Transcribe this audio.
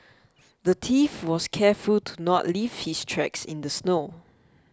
the thief was careful to not leave his tracks in the snow